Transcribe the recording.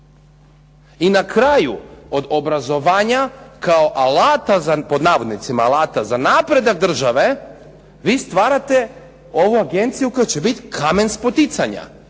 I na kraju, od obrazovanja kao "alata" za napredak države vi stvarate ovu agenciju koja će biti kamen spoticanja